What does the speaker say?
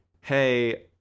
hey